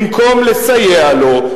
במקום לסייע לו,